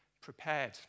prepared